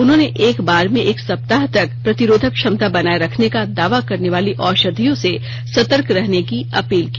उन्होंने एक बार में एक सप्ताह तक प्रतिरोधक क्षमता बनाए रखने का दावा करने वाली औषधियों से सतर्क रहने की अपील की